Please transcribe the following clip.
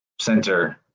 center